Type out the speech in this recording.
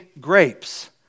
grapes